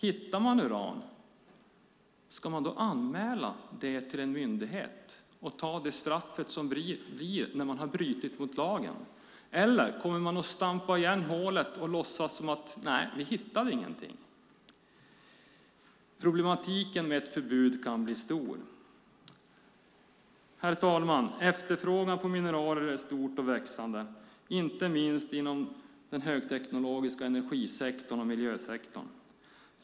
Hittar man uran, ska man då anmäla det till en myndighet och ta det straff som blir när man har brutit mot lagen? Eller kommer man att stampa igen hålet och låtsas som att man inte hittade någonting? Problematiken med ett förbud kan bli stor. Herr talman! Efterfrågan på mineraler är stor och växande, inte minst inom den högteknologiska energisektorn och miljösektorn.